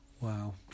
Wow